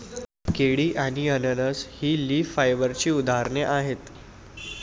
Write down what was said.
केळी आणि अननस ही लीफ फायबरची उदाहरणे आहेत